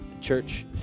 Church